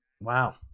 Wow